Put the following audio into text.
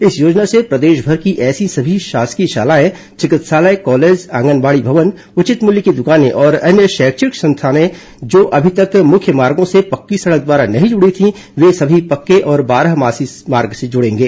इस योजना से प्रदेशभर के ऐसे सभी शासकीय शालाएं विकित्सालय कॉलेज आंगनबाड़ी भवन उचित मूल्य की दुकाने और अन्य शैक्षणिक संस्थाएं जो अभी तक मुख्य मार्गों से पक्की सड़क द्वारा नहीं जुड़ी थी वे सभी पक्के और बारहमासी मार्ग से जुडेंगे